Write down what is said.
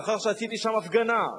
לאחר שעשיתי שם הפגנה,